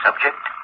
Subject